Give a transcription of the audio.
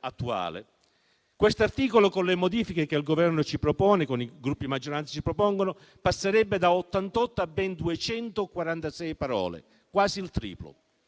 attuale. Questo articolo, con le modifiche che il Governo e i Gruppi di maggioranza ci propongono, passerebbe da 88 a ben 246 parole, quasi il triplo.